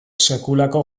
sekulako